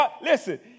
Listen